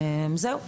זהו.